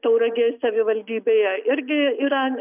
tauragės savivaldybėje irgi yra